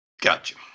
gotcha